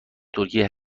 ترکیه